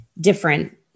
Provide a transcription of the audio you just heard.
different